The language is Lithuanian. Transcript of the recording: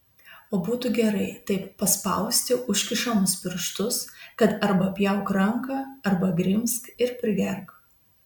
o būtų gerai taip paspausti užkišamus pirštus kad arba pjauk ranką arba grimzk ir prigerk